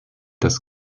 das